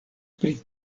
pri